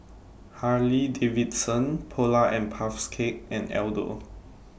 Harley Davidson Polar and Puffs Cakes and Aldo